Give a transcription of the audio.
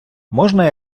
можна